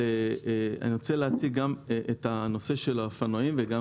אני רוצה להציג גם את הנושא של האופנועים וגם